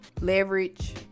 leverage